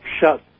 shut